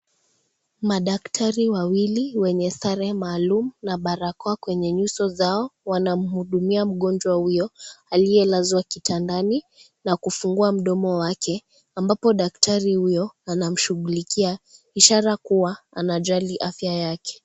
Madaktari wawili, wenye sare maalum na barakoa kwenye nyuso zao, wanamhudumia mgonjwa huyo aliyelazwa kitandani na kufungua mdomo wake, ambapo daktari huyo anamshughulikia, ishara kuwa anajali afya yake.